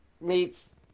meets